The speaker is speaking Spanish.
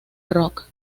rock